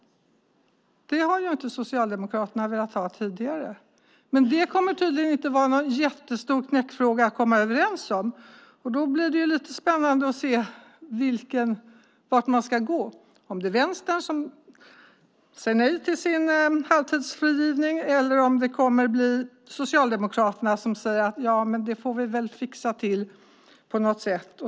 Det har inte Socialdemokraterna velat ha tidigare. Det kommer tydligen inte att vara någon jättestor knäckfråga att komma överens om, och då blir det lite spännande att se vart man ska gå. Blir det Vänstern som säger nej till sin halvtidsfrigivning, eller blir det Socialdemokraterna som säger att de väl får fixa till detta på något sätt?